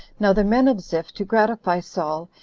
now the men of ziph, to gratify saul,